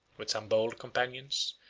with some bold companions,